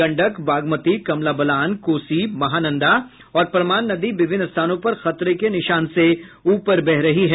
गंडक बागमती कमला बलान कोसी महानंदा और परमान नदी विभिन्न स्थानों पर खतरे के निशान से ऊपर बह रही है